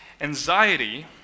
Anxiety